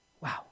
Wow